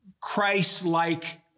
Christ-like